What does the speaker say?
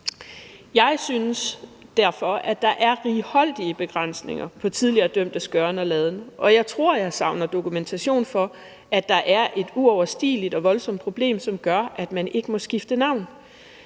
Jeg synes derfor, at der er rige begrænsninger på tidligere dømtes gøren og laden, og jeg tror, at jeg savner dokumentation for, at der er et uoverstigeligt og voldsomt problem, som gør, at man ikke må skifte navn.